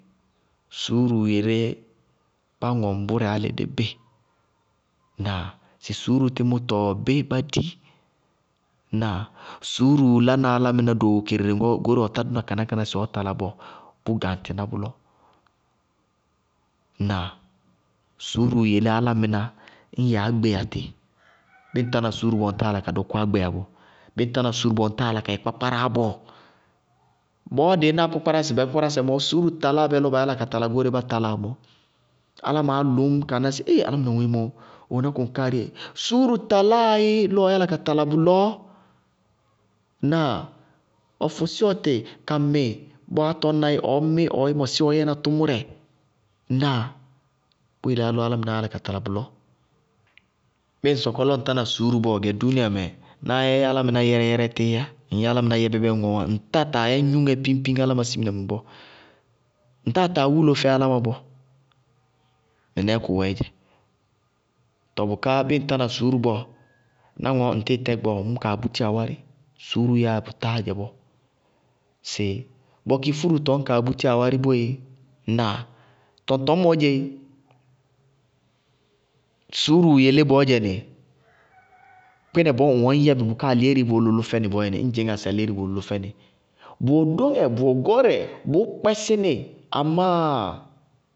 Suúruu yelé bá ŋɔŋ bʋrɛ dɩ bɩ. Ŋnáa? Suúrutɩ mʋtɔɔ bɩ bá di. Ŋnáa? Sɩ suúruu lána álámɩná doo okerere goóreé ɔ tá dʋna kánákáná sɩ ɔɔ talá bɔɔ. Ŋnáa? Suúruu yelé álámɩná ñyɛ ágbéyatɩ. Bɩɩ ŋ tána suúru bɔɔ, ŋ táa yála ka dɔkʋ agbáa bɔɔ bɩɩ ŋ tána suúru bɔɔ, ŋtáa yála ka yɛ kpápkáráa bɔɔ. Bɔɔ dɩɩ náa kpápkárásɛ yɛ kpápkárásɛ mɔɔ suúru taláa bɛ lɔ ba yala ka tala goóre bá taláa mɔɔɔ. Álámɩnáá lʋñ ñ kaa ná sɩ ée álámɩná ŋoémɔ, ɔwɛná koŋkáárɩ yéé, suúru taláa yɩ lɔ ɔ yála ka tala bʋlɔ. Ŋnáa? Ɔ fʋsɩ ɔtɩ ka mɩ, ñ baá tɔñ naɩ ɔɔ mɩ ɔɔ mɔsɩ ɔɔ yɛna ŋnáa? Bʋ yeléa lɔ álámɩná yála ka tala bʋlɔ. Bɩɩ ŋ sɔkɔ lɔ ŋ tána suúru bɔɔ, gɛ dúúniayamɛ, ná yɛ álámɩná yɛrɛ-yɛrɛ tɩɩ yá. Ŋ yɛ álámɩná yɛbɛbɛ ñŋɔɔwá. Ŋtáa taa yɛ gnúŋɛ píñpíñ áláma simina mɛ bɔɔ. Ŋtáa taa wúlo fɛ áláma bɔɔ, mɩnɛɛ kʋwɛɛ dzɛ. Tɔɔ bʋká bɩɩ ŋtána suúru bɔɔ, ná ŋɔɔ ŋ tɩɩ tɛ gbɔɔ, ŋñkaa búti awárɩ. Suúru yáa bʋtáá dzɛ bɔɔ. Sɩ: bɔ kɩ furutɔ ñ kaa bútí awárɩ boéé!!! Ŋnáa? Tɔŋtɔñmɔɔ dzɛéé. Suúruu yelé bɔɔdzɛ nɩ, kpɩnɛ bɔɔ ŋ wɛ ŋñ bʋká alihéérii bʋʋ lʋlʋ fɛnɩ bɔɔyɛ nɩ, ñ dzɩŋná sɩ alihéérii bʋʋ lʋlʋ fɛnɩ, bʋwɛ dóŋɛ bʋwɛ gɔɔrɛ, bʋʋ kpɛsɩ nɩ amáaa.